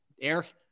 Eric